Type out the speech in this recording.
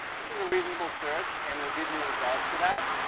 which is a reasonable search. and we'll give you a result for that.